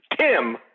Tim